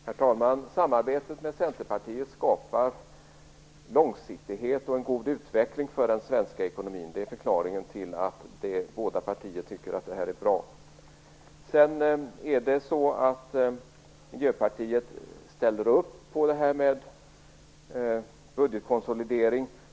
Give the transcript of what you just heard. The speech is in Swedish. Herr talman! Samarbetet med Centerpartiet skapar långsiktighet och en god utveckling för den svenska ekonomin. Det är förklaringen till att båda partier tycker att samarbetet är bra. Miljöpartiet ställer upp på budgetkonsolidering.